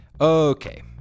okay